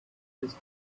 this